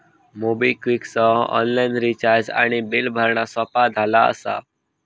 MobiKwik सह online recharge आणि bill भरणा सोपा झाला असा